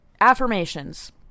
affirmations